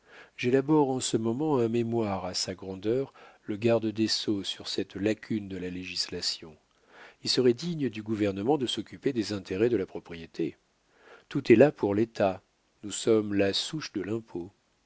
législative j'élabore en ce moment un mémoire à sa grandeur le garde des sceaux sur cette lacune de la législation il serait digne du gouvernement de s'occuper des intérêts de la propriété tout est là pour l'état nous sommes la souche de l'impôt